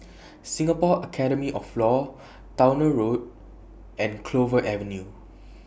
Singapore Academy of law Towner Road and Clover Avenue